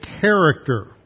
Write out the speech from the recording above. character